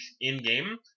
in-game